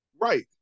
Right